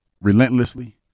relentlessly